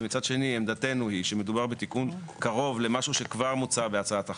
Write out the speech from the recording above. ומצד שני עמדתנו היא שמדובר בתיקון קרוב למשהו שכבר מוצע בהצעת החוק.